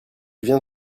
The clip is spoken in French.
viens